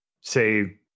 say